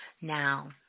Now